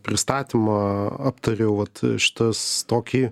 pristatymą aptariau vat šitas tokį